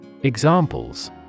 Examples